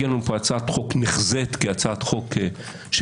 הגיעה לנו לכאן הצעת חוק נחזית כהצעת חוק של